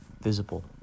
visible